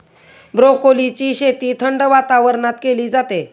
ब्रोकोलीची शेती थंड वातावरणात केली जाते